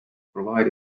provide